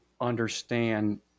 understand